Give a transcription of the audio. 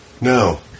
No